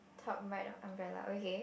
top right of umbrella okay